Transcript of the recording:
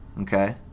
Okay